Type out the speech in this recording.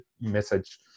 message